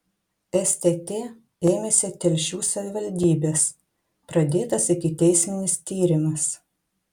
stt ėmėsi telšių savivaldybės pradėtas ikiteisminis tyrimas